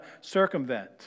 circumvent